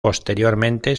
posteriormente